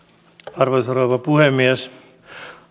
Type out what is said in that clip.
arvoisa rouva puhemies